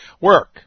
work